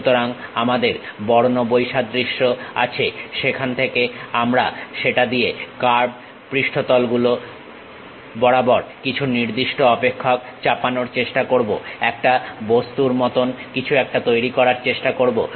সুতরাংআমাদের বর্ণ বৈসাদৃশ্য আছে সেখান থেকে আমরা সেটা দিয়ে কার্ভ পৃষ্ঠতল গুলো বরাবর কিছু নির্দিষ্ট অপেক্ষক চাপানোর চেষ্টা করবো একটা বস্তুর মতন কিছু একটা তৈরি করার চেষ্টা করবো